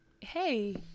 hey